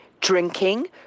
drinking